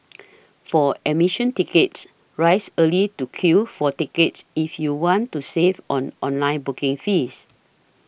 for admission tickets rise early to queue for tickets if you want to save on online booking fees